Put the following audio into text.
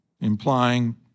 implying